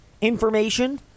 information